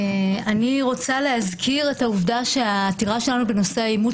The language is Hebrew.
אני רוצה להזכיר את העובדה שהעתירה שלנו בנושא האימוץ